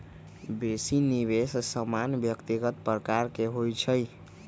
बेशी निवेश सामान्य व्यक्तिगत प्रकार के होइ छइ